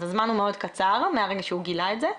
אז הזמן הוא מאוד קצר מהרגע שהוא גילה את זה.